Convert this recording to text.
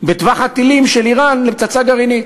בטווח הטילים של איראן, עם פצצה גרעינית.